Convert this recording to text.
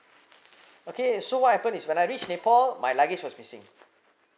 okay so what happened is when I reached nepal my luggage was missing